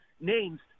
names